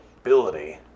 ability